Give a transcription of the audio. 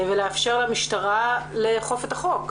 ולאפשר למשטרה לאכוף את החוק.